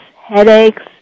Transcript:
headaches